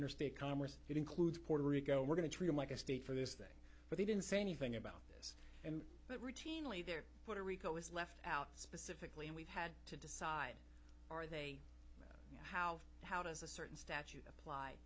interstate commerce that includes puerto rico we're going to treat him like a state for this thing but they didn't say anything about this and that routinely there put a rico is left out specifically and we've had to decide are they how how does a certain statute apply